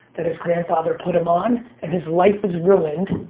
that his grandfather put him on and his life is ruined